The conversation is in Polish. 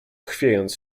chwiejąc